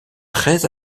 très